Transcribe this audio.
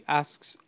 asks